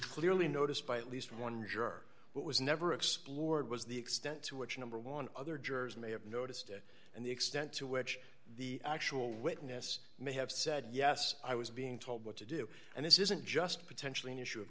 clearly noticed by at least one juror but was never explored was the extent to which number one other jurors may have noticed it and the extent to which the actual witness may have said yes i was being told what to do and this isn't just potentially an issue of